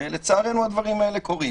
ולצערנו, הדברים האלה קורים